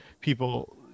people